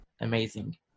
amazing